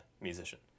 musician